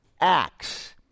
Acts